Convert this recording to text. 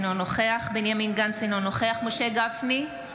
אינו נוכח בנימין גנץ, אינו נוכח משה גפני,